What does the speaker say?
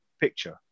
picture